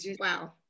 wow